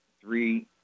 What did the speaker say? three